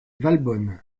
valbonne